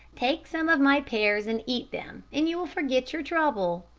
take some of my pears and eat them, and you will forget your trouble.